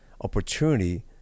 opportunity